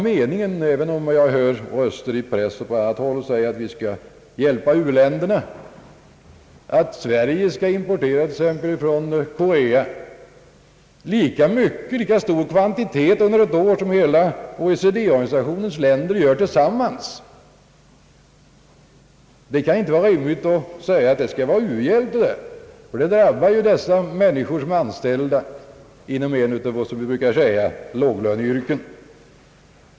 Det höjs röster i pressen och på annat håll för att vi skall hjälpa u-länderna. Det kan dock inte vara rimligt att säga att Sverige som u-hjälp från Korea skall importera lika stor kvantitet under ett år som hela OECD-organisationens länder tillsammans, ty det drabbar människor som är anställda inom ett av våra s.k. låglöneyrken.